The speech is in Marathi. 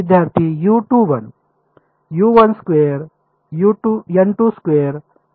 विद्यार्थी यू 2 1